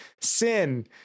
sin